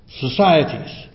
societies